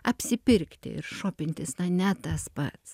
apsipirkti ir šopintis na ne tas pats